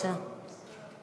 ששש.